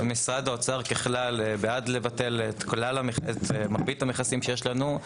משרד האוצר ככלל בעד לבטל את מרבית המכסים שיש לנו.